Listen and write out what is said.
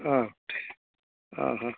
आं आं हां